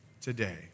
today